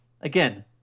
Again